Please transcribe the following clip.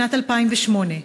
שנת 2008,